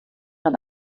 man